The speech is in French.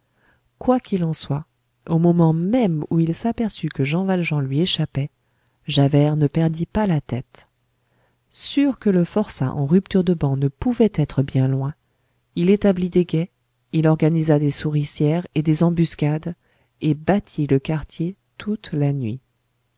qu'il en soit au moment même où il s'aperçut que jean valjean lui échappait javert ne perdit pas la tête sûr que le forçat en rupture de ban ne pouvait être bien loin il établit des guets il organisa des souricières et des embuscades et battit le quartier toute la nuit